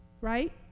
Right